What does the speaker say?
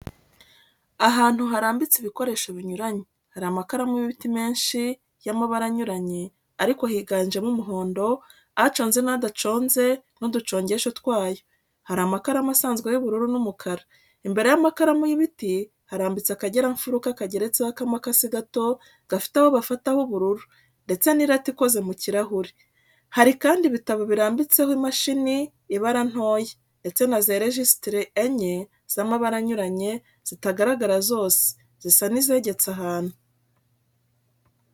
Ahantu harambitse ibikoresho binyuranye. Hari amakaramu y'ibiti menshi y'amabara anyuranye ariko higanjemo umuhondo, aconze n'adaconze n'uducongesho twayo, hari amakaramu asanzwe y'ubururu n'umukara. Imbere y'amakaramu y'ibiti harambitse akageramfuruka kageretseho akamakasi gato gafite aho bafata h'ubururu, ndetse n'irati ikoze mu kirahuri. Hari kandi ibitabo birambitseho imashini ibara ntoya ndetse na za rejisitiri enye z'amabara anyuranye zitagaragara zose, zisa nizegetse ahantu.